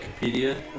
Wikipedia